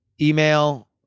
email